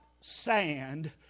sand